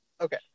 okay